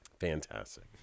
Fantastic